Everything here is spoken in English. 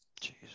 Jesus